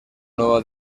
nueva